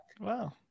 Wow